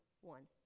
one